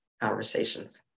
conversations